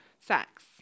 sex